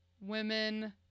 women